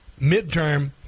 midterm